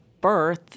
birth